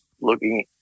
looking